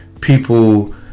people